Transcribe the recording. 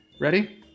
Ready